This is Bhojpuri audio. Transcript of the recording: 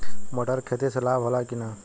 मटर के खेती से लाभ होला कि न?